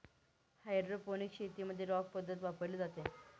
hydroponics शेतीमध्ये rock पद्धत वापरली जाते